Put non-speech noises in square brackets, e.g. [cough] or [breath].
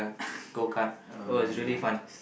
[breath] uh nice